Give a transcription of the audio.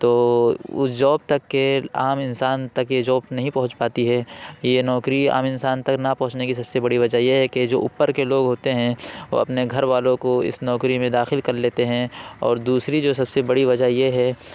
تو اس جاب تک کے عام انسان تک یہ جاب نہیں پہنچ پاتی ہے یہ نوکری عام انسان تک نہ پہنچنے کی سب سے بڑی وجہ یہ ہے کہ جو اوپر کے لوگ ہوتے ہیں وہ اپنے گھر والوں کو اس نوکری میں داخل کر لیتے ہیں اور دوسری جو سب سے بڑی وجہ یہ ہے